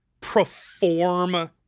perform